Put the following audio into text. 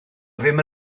ddim